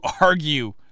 argue